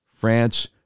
France